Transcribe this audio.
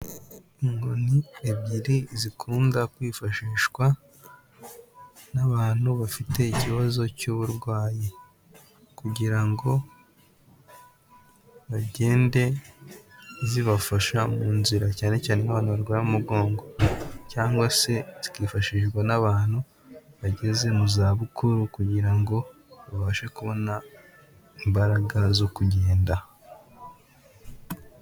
Inkoni ebyiri zikunda kwifashishwa n'abantu bafite ikibazo cy'uburwayi kugira ngo bagende zibafasha mu nzira cyane cyane nk'abantu barwaye umugongo cyangwa se zikifashishwa n'abantu bageze mu zabukuru kugira ngo babashe kubona imbaraga zo kugenda.